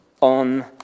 on